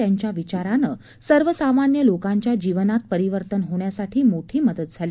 त्यांच्या विचारानं सर्वसामान्य लोकांच्या जीवनात परिवर्तन होण्यासाठी मोठी मदत झाली